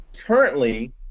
currently